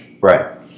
Right